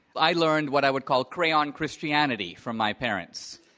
i learned what i would call crayon christianity from my parents.